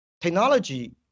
Technology